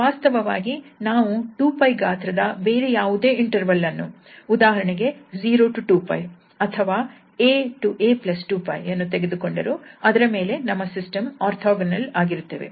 ವಾಸ್ತವವಾಗಿ ನಾವು 2𝜋 ಗಾತ್ರದ ಬೇರೆ ಯಾವುದೇ ಇಂಟರ್ವಲ್ ಅನ್ನು ಉದಾಹರಣೆಗೆ 0 2𝜋 ಅಥವಾ 𝑎 𝑎 2𝜋 ಯನ್ನು ತೆಗೆದುಕೊಂಡರೂ ಅದರ ಮೇಲೆ ನಮ್ಮ ಸಿಸ್ಟಮ್ ಓರ್ಥೋಗೊನಲ್ ಆಗಿರುತ್ತವೆ